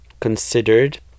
considered